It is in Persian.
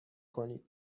کنید